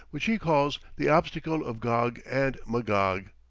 which he calls the obstacle of gog and magog.